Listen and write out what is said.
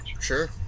Sure